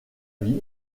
vie